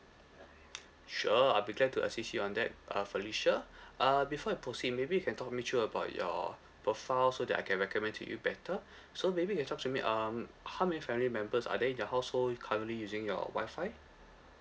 sure I'll be glad to assist you on that uh felicia uh before I proceed maybe you can talk me through about your profile so that I can recommend to you better so maybe you can talk to me um how many family members are there in your household with currently using your wifi